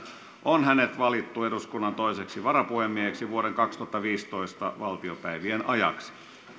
on hänet valittu eduskunnan toiseksi varapuhemieheksi vuoden kaksituhattaviisitoista valtiopäivien ajaksi